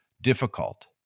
difficult